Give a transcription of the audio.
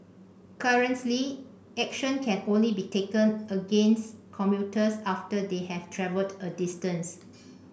currently action can only be taken against commuters after they have travelled a distance